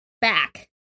back